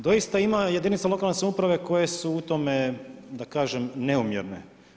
Doista ima jedinica lokalne samouprave koje su u tome da kažem neumjerne.